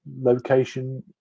location